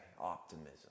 optimism